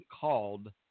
called